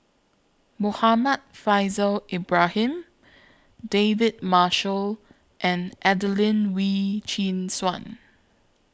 Muhammad Faishal Ibrahim David Marshall and Adelene Wee Chin Suan